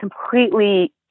completely